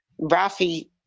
Rafi